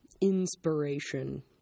inspiration